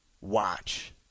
watch